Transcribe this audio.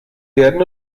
werden